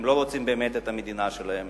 הם לא רוצים באמת את המדינה שלהם.